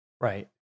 right